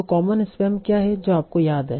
तो common spam क्या है जो आपको याद है